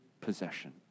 possession